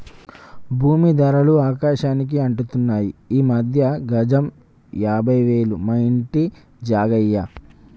భూమీ ధరలు ఆకాశానికి అంటుతున్నాయి ఈ మధ్యన గజం యాభై వేలు మా ఇంటి జాగా అయ్యే